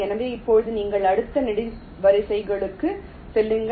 எனவே இப்போது நீங்கள் அடுத்த நெடுவரிசைகளுக்கு செல்லுங்கள்